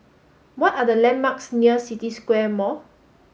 what are the landmarks near City Square Mall